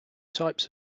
types